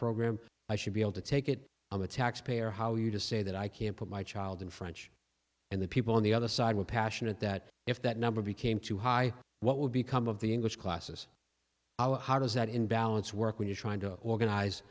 program i should be able to take it i'm a taxpayer how you just say that i can't put my child in french and the people on the other side were passionate that if that number became too high what would become of the english classes how does that in balance work when you're trying to organize